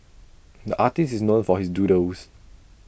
the artist is known for his doodles